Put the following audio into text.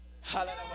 Hallelujah